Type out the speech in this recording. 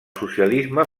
socialisme